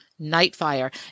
Nightfire